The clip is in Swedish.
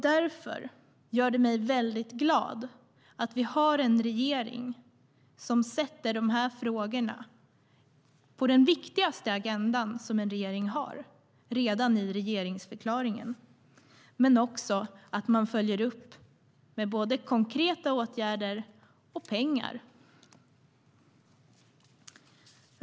Därför gör det mig glad att vi har en regering som sätter de här frågorna på den viktigaste agenda som en regering har, redan i regeringsförklaringen, men också att man följer upp med både konkreta åtgärder och pengar.